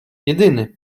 jedyny